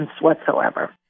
whatsoever